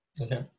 Okay